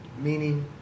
meaning